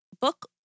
Book